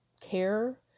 care